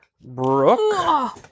brooke